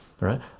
right